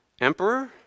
emperor